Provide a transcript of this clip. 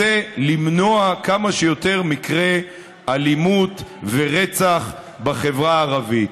למנוע כמה שיותר מקרי אלימות ורצח בחברה הערבית.